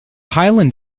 highland